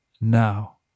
Now